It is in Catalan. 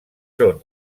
són